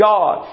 God